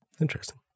Interesting